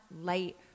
light